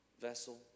vessel